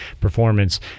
performance